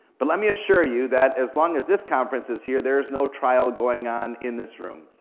but let me assure you that as long as this conference is here, there's no trial going on in this room.